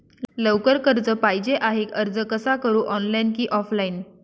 लवकर कर्ज पाहिजे आहे अर्ज कसा करु ऑनलाइन कि ऑफलाइन?